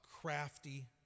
crafty